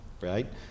right